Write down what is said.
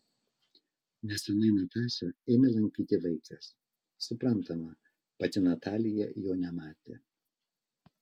neseniai natašą ėmė lankyti vaikas suprantama pati natalija jo nematė